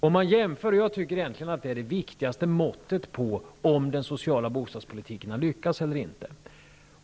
Det är egentligen det viktigaste måttet på om sociala bostadspolitiken har lyckats eller inte.